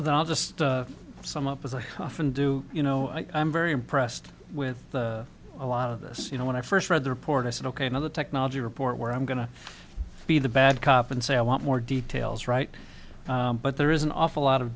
the i'll just sum up as i often do you know i'm very impressed with a lot of this you know when i first read the report i said ok another technology report where i'm going to be the bad cop and say i want more details right but there is an awful lot of